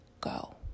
go